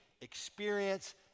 experience